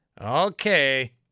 Okay